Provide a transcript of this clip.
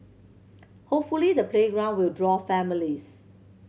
hopefully the playground will draw families